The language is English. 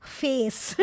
face